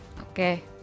Okay